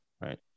right